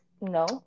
No